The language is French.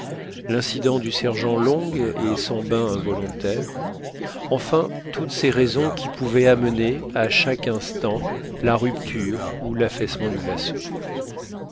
l'incident du sergent long et son bain involontaire enfin toutes ces raisons qui pouvaient amener à chaque instant la rupture ou l'affaissement du glaçon